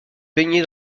baigné